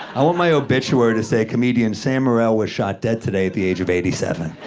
i want my obituary to say, comedian sam morril was shot dead today at the age of eighty seven.